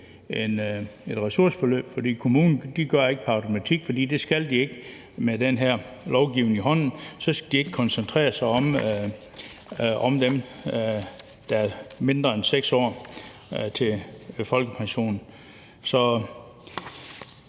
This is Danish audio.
et ressourceforløb. For kommunen gør det ikke pr. automatik, for det skal de ikke med den her lovgivning i hånden. De skal ikke koncentrere sig om dem, der har mindre end 6 år til folkepensionen. På